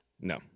No